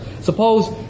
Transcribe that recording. Suppose